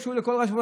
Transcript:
תיגשו לכל מה,